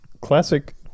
classic